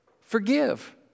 Forgive